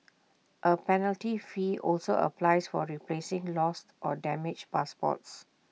A penalty fee also applies for replacing lost or damaged passports